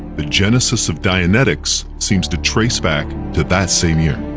the genesis of dianetics seems to trace back to that same year.